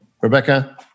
Rebecca